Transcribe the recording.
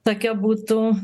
tokia būtų